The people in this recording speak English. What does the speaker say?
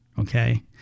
okay